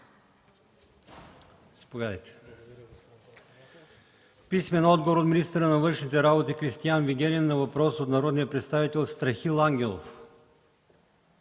Иванов; - министъра на външните работи Кристиан Вигенин на въпрос от народния представител Страхил Ангелов;